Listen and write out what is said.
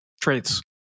traits